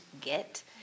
get